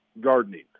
gardening